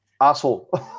asshole